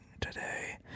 today